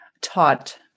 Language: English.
taught